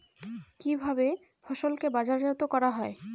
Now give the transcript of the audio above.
কিভাবে ফসলকে বাজারজাত করা হয়?